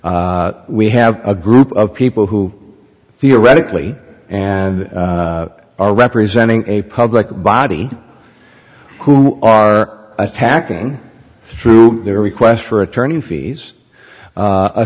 we have a group of people who theoretically and are representing a public body who are attacking through their request for attorney fees